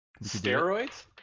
Steroids